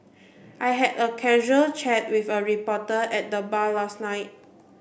I had a casual chat with a reporter at the bar last night